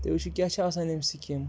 تُہۍ وٕچھِو کیٛاہ چھِ آسان یِم سِکیٖم